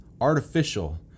artificial